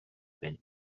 بنویس